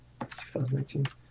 2019